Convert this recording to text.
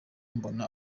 mbona